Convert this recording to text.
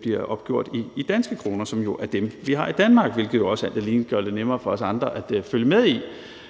bliver opgjort i danske kroner, som jo er dem, vi har i Danmark, hvilket alt andet lige også gør det nemmere for os andre at følge med i,